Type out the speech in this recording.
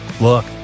Look